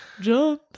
John